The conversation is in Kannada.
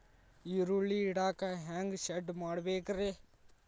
ಈರುಳ್ಳಿ ಇಡಾಕ ಹ್ಯಾಂಗ ಶೆಡ್ ಮಾಡಬೇಕ್ರೇ?